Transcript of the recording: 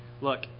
Look